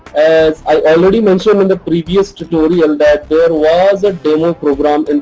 as i already mentioned in the previous tutorial that there was a demo program and